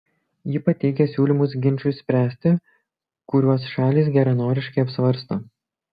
ji pateikia siūlymus ginčui spręsti kuriuos šalys geranoriškai apsvarsto